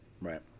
right